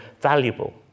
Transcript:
valuable